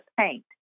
paint